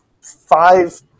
five